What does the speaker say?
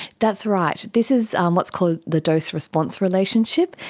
that's right. this is um what's called the dose-response relationship.